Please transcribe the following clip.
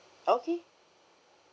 okay